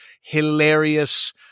hilarious